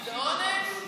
זה עונש?